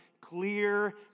clear